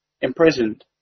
imprisoned